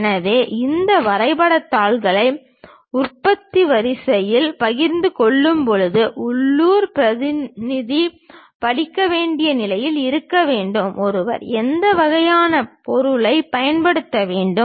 எனவே இந்த வரைபடத் தாள்களை உற்பத்தி வரிசையில் பகிர்ந்து கொள்ளும்போது உள்ளூர் பிரதிநிதி படிக்க வேண்டிய நிலையில் இருக்க வேண்டும் ஒருவர் எந்த வகையான பொருளைப் பயன்படுத்த வேண்டும்